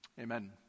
Amen